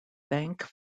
bank